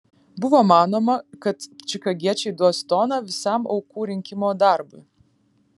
buvo manoma kad čikagiečiai duos toną visam aukų rinkimo darbui